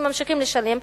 והם ממשיכים לשלם,